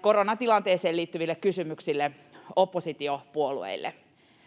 koronatilanteeseen liittyville kysymyksille.